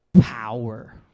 power